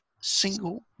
single